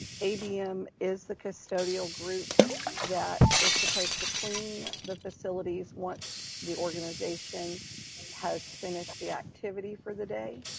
abm is the custodial group that is supposed to clean the facilities once the organization has finished the activity for the day?